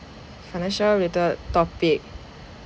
financial related topic